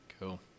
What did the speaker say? Cool